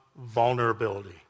vulnerability